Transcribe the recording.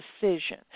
decision